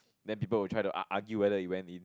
then people will try to ar~ argue whether it went it